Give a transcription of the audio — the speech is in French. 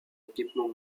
équipement